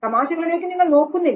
തമാശകളിലേക്ക് നിങ്ങൾ നോക്കുന്നില്ല